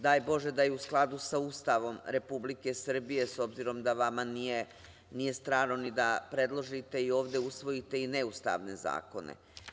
Daj Bože da je u skladu sa Ustavom Republike Srbije, s obzirom da vama nije strano ni da predložite i ovde usvojite neustavne zakone.